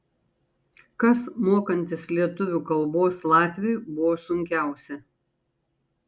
kas mokantis lietuvių kalbos latviui buvo sunkiausia